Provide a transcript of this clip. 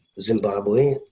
Zimbabwe